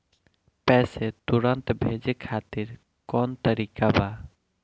पैसे तुरंत भेजे खातिर कौन तरीका बा?